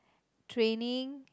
training